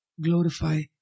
glorify